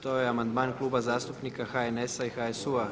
To je amandman Kluba zastupnika HNS-a i HSU-a.